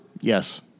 Yes